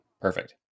Perfect